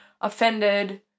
offended